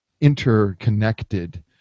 interconnected